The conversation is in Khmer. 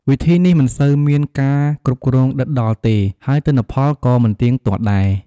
វិធីនេះមិនសូវមានការគ្រប់គ្រងដិតដល់ទេ ហើយទិន្នផលក៏មិនទៀងទាត់ដែរ។